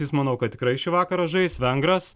jis manau kad tikrai šį vakarą žais vengras